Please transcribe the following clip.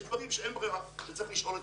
יש דברים שאין ברירה וצריך לשאול את